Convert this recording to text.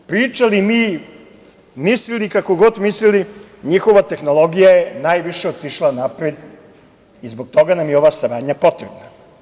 Pričali mi, mislili, kako god mislili, njihova tehnologija je najviše otišla unapred i zbog toga nam je ova saradnja potrebna.